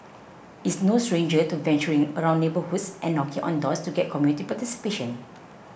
is no stranger to venturing around neighbourhoods and knocking on doors to get community participation